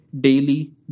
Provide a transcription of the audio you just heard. daily